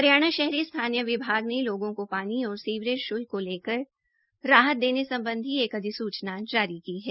हरियाणा शहरी स्थानीय विभाग ने लोगों को पानी और सीवरेज शुल्क को लेकर राहत देने सम्बधी एक अधिसूचना जारी की है